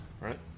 Right